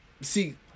see